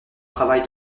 travail